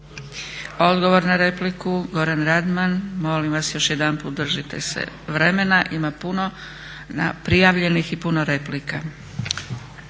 Odgovor na repliku, Goran Radman. Molim vas još jedanput držite se vremena. Ima puno prijavljenih i puno replika.